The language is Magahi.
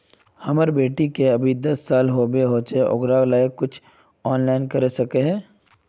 हमर बेटी के अभी दस साल होबे होचे ओकरा ले कुछ ऑनलाइन कर सके है?